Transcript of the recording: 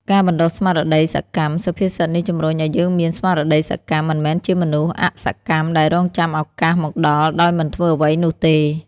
ការបណ្ដុះស្មារតីសកម្ម សុភាសិតនេះជំរុញឲ្យយើងមាន ស្មារតីសកម្ម មិនមែនជាមនុស្សអសកម្មដែលរង់ចាំឱកាសមកដល់ដោយមិនធ្វើអ្វីនោះទេ។